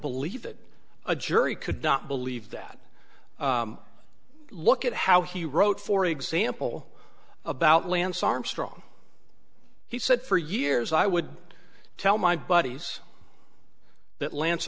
believe that a jury could not believe that look at how he wrote for example about lance armstrong he said for years i would tell my buddies that lance